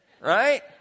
right